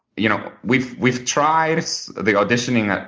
you know we've we've tried the auditioning.